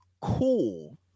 cool